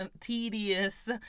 tedious